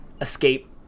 escape